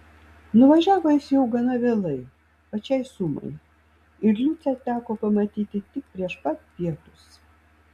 nuvažiavo jis jau gana vėlai pačiai sumai ir liucę teko pamatyti tik prieš pat pietus